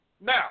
Now